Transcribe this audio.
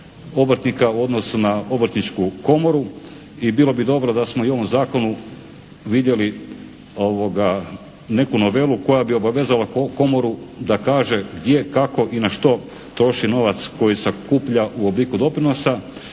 odnosu na Obrtničku komora i bilo bi dobro da smo i u ovom zakonu vidjeli neku novelu koja bi obavezala Komoru da kaže gdje, kako i na što troše novac koje sakuplja u obliku doprinosa?